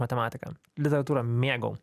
matematika literatūrą mėgau